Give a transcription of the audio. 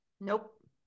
Nope